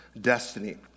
destiny